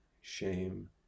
shame